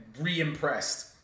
re-impressed